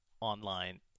online